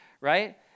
right